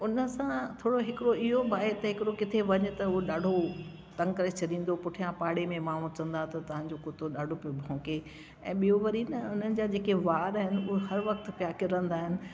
उन सां थोरो हिकिड़ो इहो भाए ते हिकिड़ो किते वञे त उहो ॾाढो तंग करे छॾींदो हुओ पुठियां पाड़े में माण्हू चवंदा हुआ त तव्हांजो कुत्तो ॾाढो पियो भोंके ऐं ॿियो वरी न हुननि जा जेके वार आहिनि उहे हर वक़्तु पिया कीरंदा आहिनि